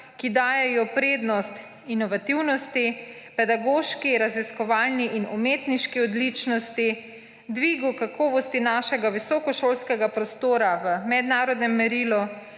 ki dajejo prednost inovativnosti, pedagoški, raziskovalni in umetniški odličnosti, dvigu kakovosti našega visokošolskega prostora v mednarodnem merilu,